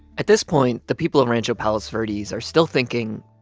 at this point, the people of rancho palos verdes are still thinking,